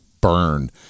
burn